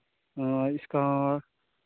ꯑ ꯏꯁꯀꯥꯔ